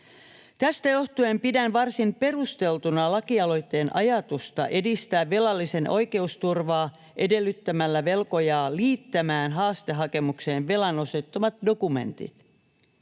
Tästä johtuen pidän varsin perusteltuna lakialoitteen ajatusta edistää velallisen oikeusturvaa edellyttämällä velkojaa liittämään haastehakemukseen velan osoittamat dokumentit.